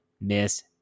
miss